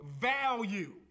value